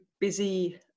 busy